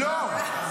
לא.